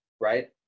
right